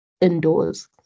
indoors